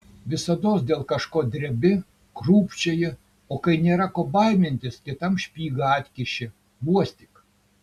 visados dėl kažko drebi krūpčioji o kai nėra ko baimintis kitam špygą atkiši uostyk